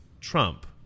Trump